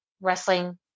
wrestling